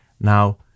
Now